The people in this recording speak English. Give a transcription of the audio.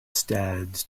stands